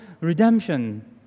redemption